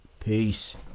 Peace